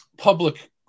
public